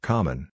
Common